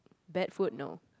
bad food no